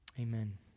Amen